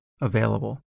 available